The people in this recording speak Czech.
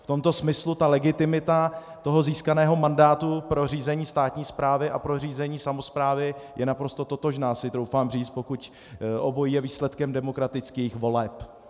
V tomto smyslu ta legitimita získaného mandátu pro řízení státní správy a pro řízení samosprávy je naprosto totožná, si troufám říct, pokud obojí je výsledkem demokratických voleb.